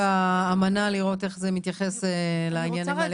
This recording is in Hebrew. באמנה לראות איך זה מתייחס לעניינים האלה.